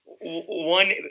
one